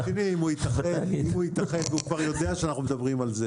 אם הוא יתאחד, הוא כבר יודע שאנחנו מדברים על זה.